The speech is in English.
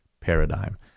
paradigm